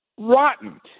rotten